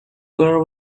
pearl